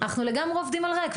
אנחנו לגמרי עובדים על ריק.